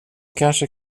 kanske